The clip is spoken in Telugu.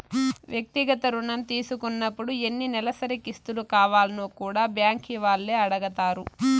వ్యక్తిగత రుణం తీసుకున్నపుడు ఎన్ని నెలసరి కిస్తులు కావాల్నో కూడా బ్యాంకీ వాల్లే అడగతారు